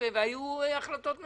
והיו החלטות ממשלה.